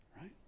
Right